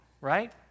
right